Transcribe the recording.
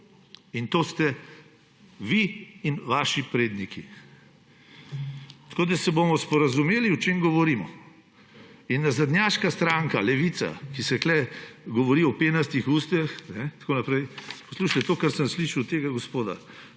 in to ste vi in vaši predniki. Da se bomo sporazumeli, o čem govorimo. Nazadnjaška stranka Levica tu govori o penastih ustih in tako naprej. Poslušajte, to, kar sem slišal tega gospoda,